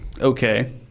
okay